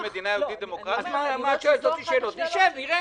מה את שואלת אותי שאלות, נשב, נראה,